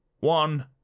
One